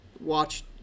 watch